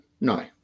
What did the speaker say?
No